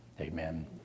Amen